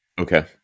Okay